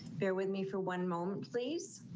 bear with me for one moment please.